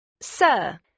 Sir